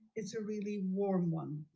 it's a really warm one.